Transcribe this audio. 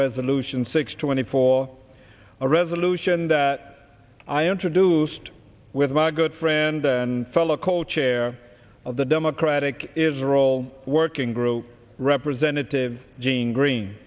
resolution six twenty four a resolution that i introduced with my good friend and fellow called chair of the democratic is a role working group representative gene green